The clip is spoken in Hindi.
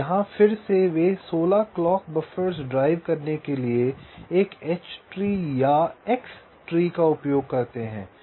तो यहाँ फिर से वे 16 क्लॉक बफ़र्स ड्राइव करने के लिए एक एच ट्री या एक्स ट्री का उपयोग करते हैं